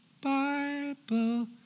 Bible